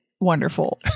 wonderful